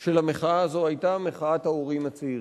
של המחאה הזו היה מחאת ההורים הצעירים.